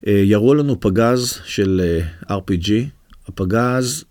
יראו לנו פגז של RPG, הפגז.